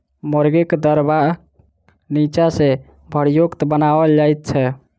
मुर्गीक दरबा नीचा सॅ भूरयुक्त बनाओल जाइत छै